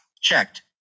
Checked